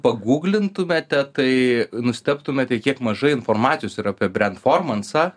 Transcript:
paguglintumėte tai nustebtumėte kiek mažai informacijos yra apie brentformansą